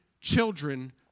children